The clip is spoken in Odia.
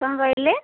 କ'ଣ କହିଲେ